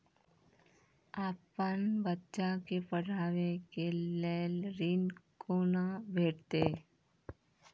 अपन बच्चा के पढाबै के लेल ऋण कुना भेंटते?